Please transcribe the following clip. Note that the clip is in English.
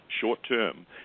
short-term